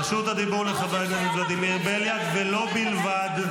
רשות הדיבור לחבר הכנסת ולדימיר בליאק ולו בלבד.